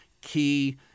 key